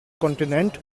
kontinent